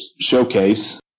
showcase